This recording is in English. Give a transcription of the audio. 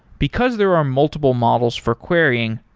because there are multiple models for querying,